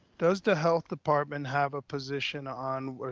does the health department have a position on,